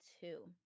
Two